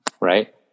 right